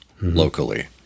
locally